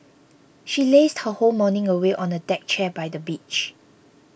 she lazed her whole morning away on a deck chair by the beach